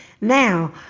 Now